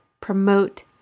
promote